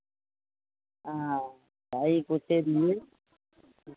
हँ तऽ यही पूछयके लिए